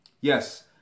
yes